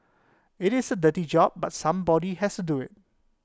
IT is A dirty job but somebody has to do IT